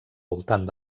voltant